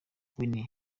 winnie